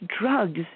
drugs